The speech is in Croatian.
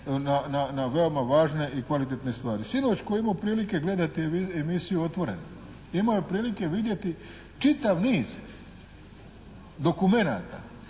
na veoma važne i kvalitetne stvari. Sinoć tko je imao prilike gledati emisiju "Otvoreno" imao je prilike vidjeti čitav niz dokumenta